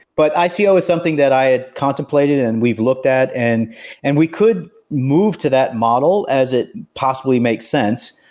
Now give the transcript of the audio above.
but i feel it's something that i had contemplated and we've looked at. and and we could move to that model as it possibly makes sense.